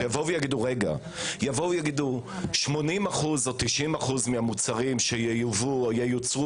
שיגידו: 80% או 90% מהמוצרים שייובאו או ייוצרו